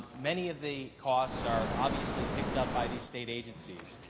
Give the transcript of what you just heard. many of the costs are obviously picked up by the state agencies.